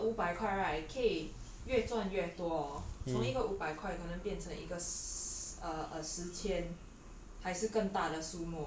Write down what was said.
ya so 如果这个五百块 right 可以越赚越多 orh 从一个五百块可能变成一个十千